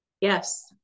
Yes